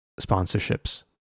sponsorships